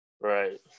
right